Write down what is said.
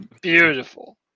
Beautiful